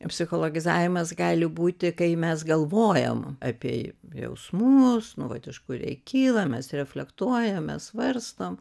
psichologizavimas gali būti kai mes galvojam apie jausmus nu vat iš kur jie kyla mes reflektuojam mes svarstom